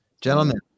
Gentlemen